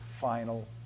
final